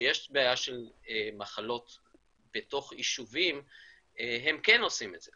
שיש בעיה של מחלות בתוך יישובים הם כן עושים את זה.